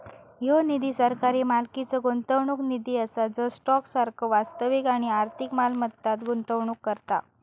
ह्यो निधी सरकारी मालकीचो गुंतवणूक निधी असा जो स्टॉक सारखो वास्तविक आणि आर्थिक मालमत्तांत गुंतवणूक करता